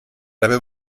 dabei